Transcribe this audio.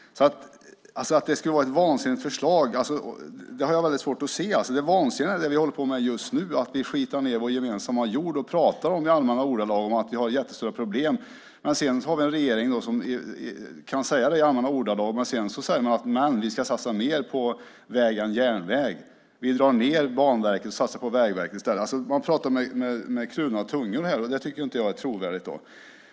Att det skulle vara ett vansinnigt förslag har jag svårt att se. Det vansinniga är det som vi håller på med just nu, nämligen att vi skitar ned vår gemensamma jord och i allmänna ordalag pratar om att vi har jättestora problem. Vi har en regering som kan säga det i allmänna ordalag men sedan säger att man ska satsa mer på vägar än på järnväg och att man drar ned på Banverket och satsar på Vägverket i stället. Man pratar med kluven tunga. Det är inte trovärdigt.